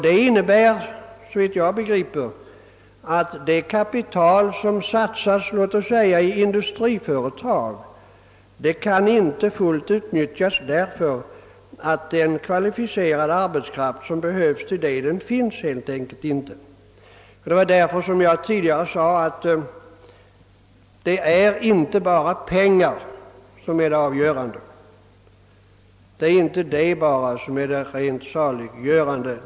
Det innebär såvitt jag kan förstå, att det kapital som satsas i industriföretag inte fullt kan utnyttjas, därför att den erforderliga kvalificerade arbetskraften helt enkelt saknas. Som jag tidigare sade är därför pengarna inte det allena saliggörande.